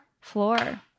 floor